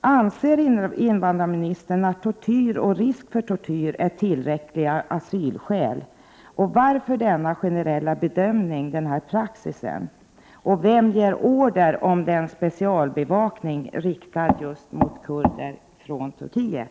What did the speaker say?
Anser invandrarministern att tortyr och risk för tortyr utgör tillräckliga skäl för asyl? Varför har man denna praxis vid bedömningen? Vem ger order om specialbevakningen som är riktad just mot kurder från Turkiet?